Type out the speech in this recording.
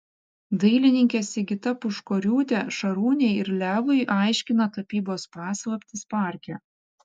dailininkė sigita puškoriūtė šarūnei ir levui aiškina tapybos paslaptis parke